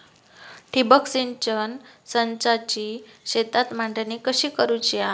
ठिबक सिंचन संचाची शेतात मांडणी कशी करुची हा?